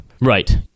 Right